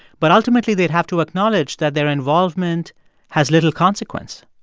but ultimately, they'd have to acknowledge that their involvement has little consequence